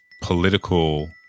political